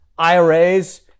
IRAs